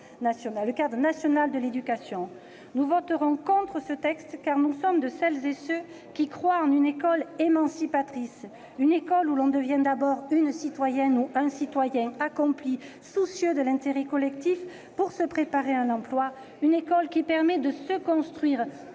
le cadre national de l'éducation. Nous voterons contre ce texte, car nous sommes de celles et ceux qui croient en une école émancipatrice, en une école où l'on devient d'abord un citoyen ou une citoyenne accompli, soucieux de l'intérêt collectif pour se préparer à un emploi, en une école qui permette de se construire,